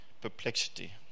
perplexity